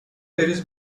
بریز